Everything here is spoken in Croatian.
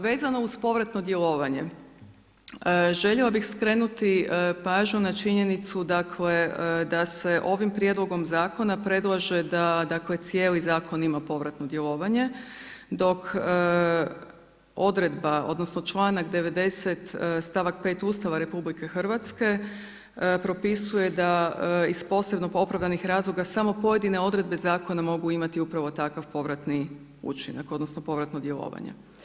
Vezano uz povratno djelovanje, željela bih skrenuti pažnju na činjenicu dakle da se ovim Prijedlogom zakona predlaže da dakle cijeli zakon ima povratno djelovanje dok odredba odnosno članak 90. stavak 5. Ustava Republike Hrvatske propisuje da iz posebno opravdanih razloga samo pojedine odredbe zakona mogu imati upravo takav povratni učinak odnosno povratno djelovanje.